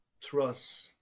trust